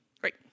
Great